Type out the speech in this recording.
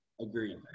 Agreed